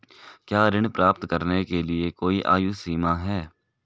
क्या ऋण प्राप्त करने के लिए कोई आयु सीमा है?